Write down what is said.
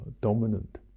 dominant